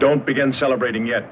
don't begin celebrating yet